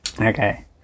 Okay